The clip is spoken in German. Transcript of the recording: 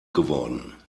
geworden